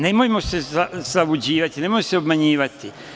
Nemojmo se zaluđivati, nemojmo se obmanjivati.